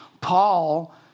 Paul